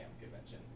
convention